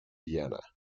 vienna